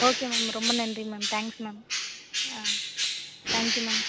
okay ma'am ரொம்ப நன்றி ma'am thanks ma'am ah thank you ma'am